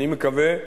אני מקווה,